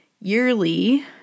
yearly